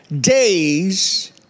days